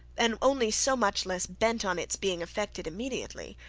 and only so much less bent on its being effected immediately,